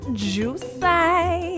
juicy